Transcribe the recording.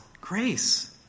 grace